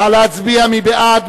נא להצביע, מי בעד?